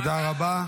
תודה רבה.